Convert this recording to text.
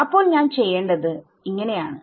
അപ്പോൾ ഞാൻ ചെയ്യേണ്ടത് ആണ്